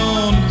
on